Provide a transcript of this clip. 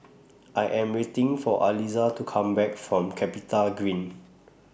I Am waiting For Aliza to Come Back from Capitagreen